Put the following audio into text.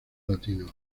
latino